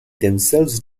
themselves